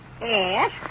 Yes